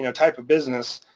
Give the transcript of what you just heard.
you know type of business,